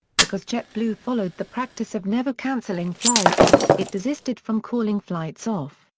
because jetblue followed the practice of never canceling flights, it desisted from calling flights off,